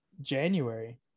January